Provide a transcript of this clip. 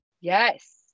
Yes